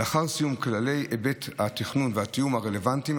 לאחר סיום כלל היבטי התכנון והתיאום הרלוונטיים,